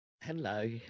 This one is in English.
hello